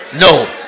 No